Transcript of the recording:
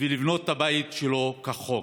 ולבנות את הבית שלו כחוק.